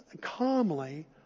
calmly